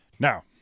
Now